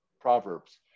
Proverbs